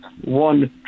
one